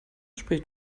spricht